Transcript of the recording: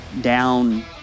down